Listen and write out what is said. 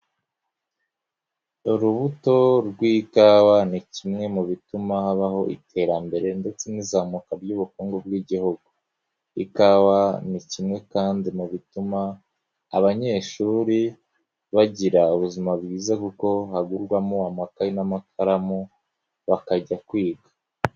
Urubuto rw'ikawa ni kimwe mu bituma habaho iterambere ndetse n'izamuka ry'ubukungu bw'igihugu. Ikawa ni kimwe kandi mu bituma abanyeshuri bagira ubuzima bwiza, kuko hagurwamo amakaye n'amakaramu bakajya kwiga.